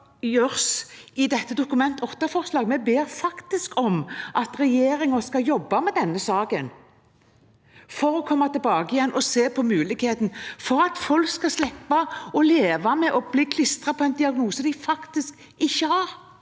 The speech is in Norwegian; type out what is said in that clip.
Vi ber faktisk om at regjeringen skal jobbe med denne saken for å komme tilbake igjen og se på muligheten for at folk skal slippe å leve med å få påklistret en diagnose de faktisk ikke har.